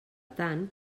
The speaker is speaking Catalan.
tant